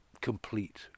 complete